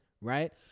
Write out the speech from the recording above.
right